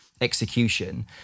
Execution